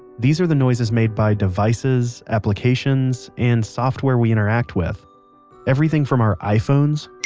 these are the noises made by devices, applications, and software we interact with everything from our iphones,